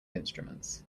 instruments